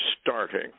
starting